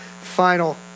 final